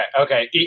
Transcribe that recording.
Okay